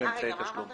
סליחה, מה אמרת?